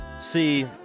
See